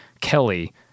Kelly